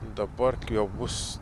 dabar jau bus